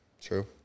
true